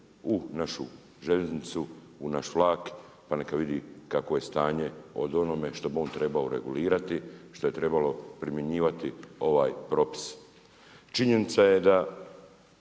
u našu željeznicu, u naš vlak, pa neka vidi kakvo je stanje od onome što bi on trebao regulirati, što je trebalo primjenjivati ovaj propis. Činjenica je da